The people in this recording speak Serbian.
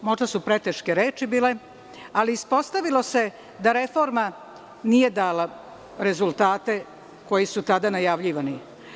Možda su preteške reči bile, ali ispostavilo se da reforma nije dala rezultate koji su tada najavljivani.